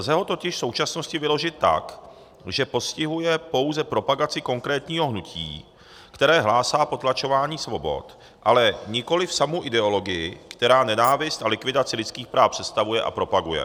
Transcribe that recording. Lze ho totiž v současnosti vyložit tak, že postihuje pouze propagaci konkrétního hnutí, které hlásá potlačování svobod, ale nikoliv samu ideologii, která nenávist a likvidaci lidských práv představuje a propaguje.